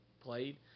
played